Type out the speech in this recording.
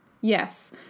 Yes